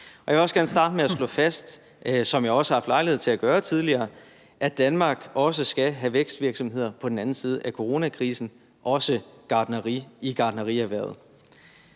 jeg vil også gerne starte med at slå fast, som jeg også har haft lejlighed til at gøre tidligere, at Danmark også skal have vækstvirksomheder på den anden side af coronakrisen, også i gartnerierhvervet.